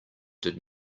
did